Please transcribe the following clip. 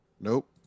Nope